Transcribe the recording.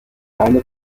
keine